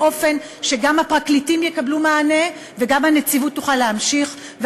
באופן שגם הפרקליטים יקבלו מענה וגם הנציבות תוכל להמשיך.